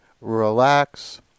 relax